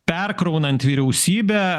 perkraunant vyriausybę